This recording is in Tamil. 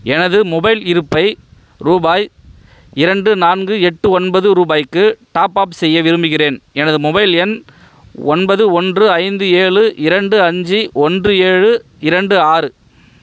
எனது மொபைல் இருப்பை ரூபாய் இரண்டு நான்கு எட்டு ஒன்பது ரூபாய்க்கு டாப்அப் செய்ய விரும்புகிறேன் எனது மொபைல் எண் ஒன்பது ஒன்று ஐந்து ஏழு இரண்டு அஞ்சு ஒன்று ஏழு இரண்டு ஆறு